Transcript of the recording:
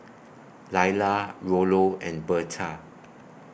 Laila Rollo and Bertha